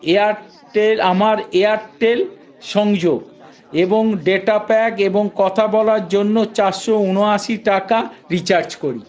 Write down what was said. Airtel আমার এয়ারটেল সংযোগ এবং ডেটা প্যাক এবং কথা বলার জন্য চারশো ঊনআশি টাকা রিচার্জ করি